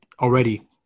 already